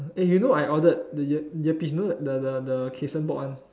eh you know I ordered the ear earpiece you know the the the Kayson bought one